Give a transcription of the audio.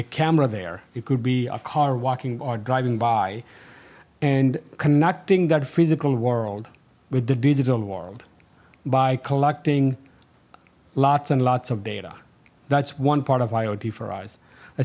a camera there it could be a car walking or driving by and connecting that physical world with the digital world by collecting lots and lots of data that's one part of